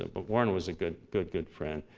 and but warren was a good, good good friend.